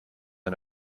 and